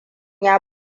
ya